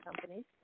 companies